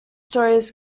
stories